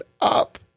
up